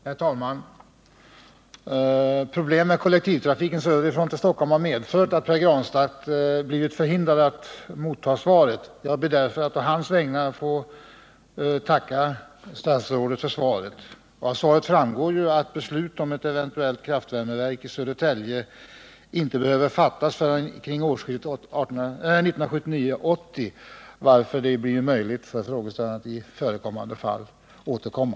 Herr talman! Problem med kollektivtrafiken söderifrån till Stockholm har medfört att Pär Granstedt blivit förhindrad att motta frågesvaret. Jag ber därför att på hans vägnar få tacka statsrådet för svaret. Av svaret framgår ju att beslut om ett eventuellt kraftvärmeverk i Södertälje inte behöver fattas förrän kring årsskiftet 1979-1980, varför det blir möjligt för frågeställaren att i förekommande fall återkomma.